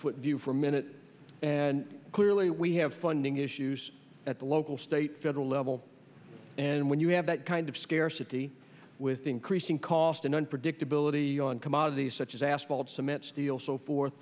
foot view for minute and clearly we have funding issues at the local state federal level and when you have that kind of scarcity with the increasing cost in unpredictability on commodities such as asphalt cement steel so forth